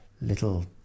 little